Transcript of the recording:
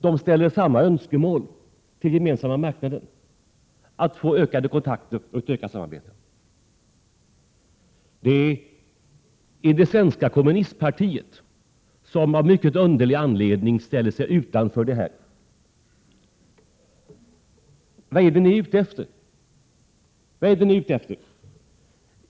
De ställer samma önskemål till Gemensamma marknaden om att få ökade kontakter och ett ökat samarbete. I det svenska kommunistpartiet ställer man sig av någon mycket underlig anledning utanför detta. Vad är det ni är ute efter?